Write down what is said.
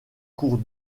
cours